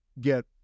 get